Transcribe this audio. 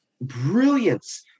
brilliance